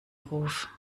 ruf